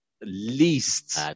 least